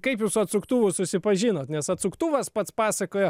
kaip jūs su atsuktuvu susipažinot nes atsuktuvas pats pasakoja